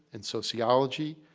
in sociology,